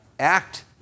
act